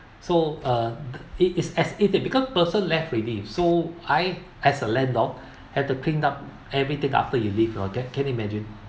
so uh it is as it because person left already so I as a landlord have to clean up everything after you leave you know that can you imagine